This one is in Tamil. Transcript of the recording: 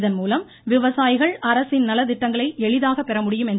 இதன்மூலம் விவசாயிகள் அரசின் நலத்திட்டங்களை எளிதாக பெற முடியும் என்றார்